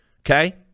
Okay